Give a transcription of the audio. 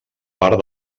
part